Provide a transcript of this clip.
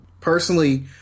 Personally